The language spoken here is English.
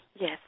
Yes